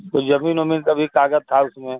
कुछ जमीन ओमीन का भी कागज था उसमें